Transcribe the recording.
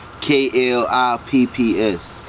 K-L-I-P-P-S